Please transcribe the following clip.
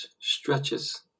stretches